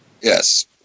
yes